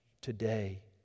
today